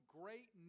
great